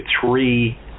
three